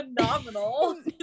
phenomenal